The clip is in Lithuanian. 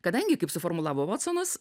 kadangi kaip suformulavo votsonas